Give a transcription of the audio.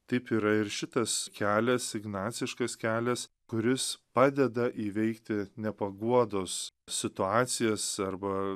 taip yra ir šitas kelias ignaciškas kelias kuris padeda įveikti nepaguodos situacijas arba